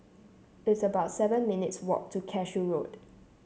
it's about seven minutes' walk to Cashew Road